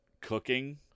cooking